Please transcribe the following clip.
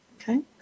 Okay